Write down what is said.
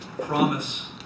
promise